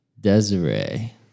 Desiree